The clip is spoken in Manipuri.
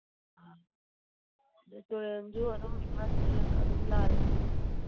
ꯑꯥ ꯑꯗꯒꯤ ꯇꯨꯔꯦꯟꯁꯨ ꯑꯗꯨꯝ ꯑꯗꯨꯝ ꯂꯥꯜꯂꯤ